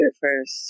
first